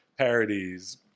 parodies